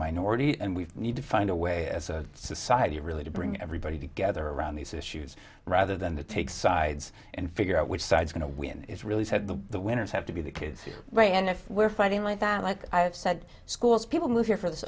minority and we need to find a way as a society really to bring everybody together around these issues rather than to take sides and figure out which side is going to win it's really said that the winners have to be the kids right and if we're fighting like that like i have said schools people move here for this